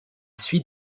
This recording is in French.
suit